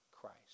Christ